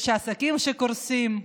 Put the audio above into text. ועסקים שקורסים,